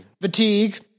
fatigue